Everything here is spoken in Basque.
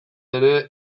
ere